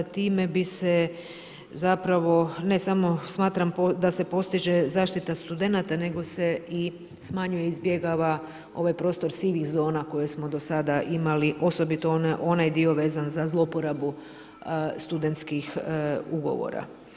Time bi se zapravo, ne samo smatram da se postiže zaštita studenata, nego se i smanjuje i izbjegava ovaj prostor sivih zona koje smo do sada imali, osobito onaj dio vezan za zlouporabu studentskih ugovora.